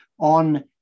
on